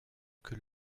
que